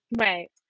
Right